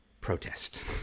protest